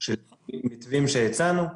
של מתווים שהצענו.